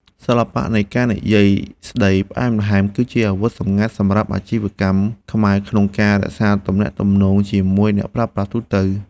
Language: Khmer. សិល្បៈនៃការនិយាយស្ដីផ្អែមល្ហែម គឺជាអាវុធសម្ងាត់របស់អាជីវករខ្មែរក្នុងការរក្សាទំនាក់ទំនងជាមួយអ្នកប្រើប្រាស់ទូទៅ។